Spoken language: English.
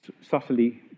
subtly